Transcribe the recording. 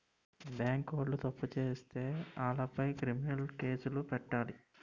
బేంకోలు తప్పు సేత్తే ఆలపై క్రిమినలు కేసులు పెట్టాలి